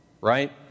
Right